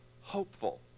hopeful